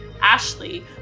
Ashley